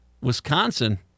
Wisconsin